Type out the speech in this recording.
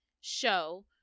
show